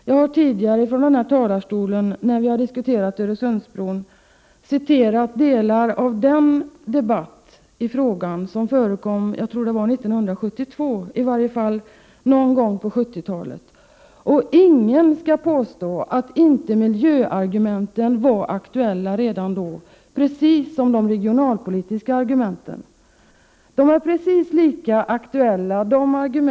Jag har tidigare från denna talarstol när vi diskuterat Öresundsbron citerat delar av den debatt som förekom i frågan någon gång på 1970-talet — jag tror att det var 1972. Ingen skall påstå att miljöargumenten inte var aktuella redan då, precis som de regionalpolitiska argumenten. De argument som bl.a. vpk:s företrädare Prot.